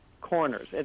corners